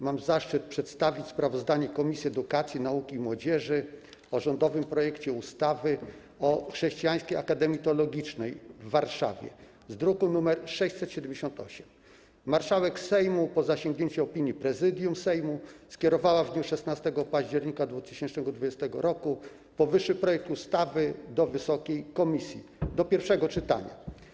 Mam zaszczyt przedstawić sprawozdanie Komisji Edukacji, Nauki i Młodzieży o rządowym projekcie ustawy o zmianie ustawy o Chrześcijańskiej Akademii Teologicznej w Warszawie, druk nr 678. Marszałek Sejmu, po zasięgnięciu opinii Prezydium Sejmu, skierowała w dniu 16 października 2020 r. powyższy projekt ustawy do wysokiej komisji do pierwszego czytania.